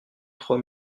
trois